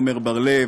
עמר בר-לב,